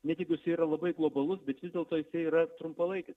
net jeigu jisai yra labai globalus bet vis dėlto jisai yra trumpalaikis